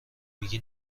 میگی